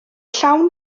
llawn